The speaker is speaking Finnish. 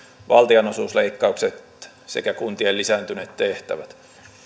valtionosuusleikkaukset sekä kuntien lisääntyneet tehtävät